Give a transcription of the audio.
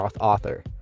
author